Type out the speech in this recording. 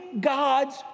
God's